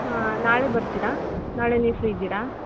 ಹಾಂ ನಾಳೆ ಬರ್ತೀರಾ ನಾಳೆ ನೀವು ಫ್ರೀ ಇದ್ದೀರಾ